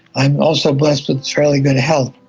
i am also blessed with fairly good health,